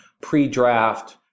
pre-draft